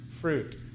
fruit